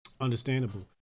Understandable